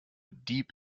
deep